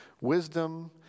Wisdom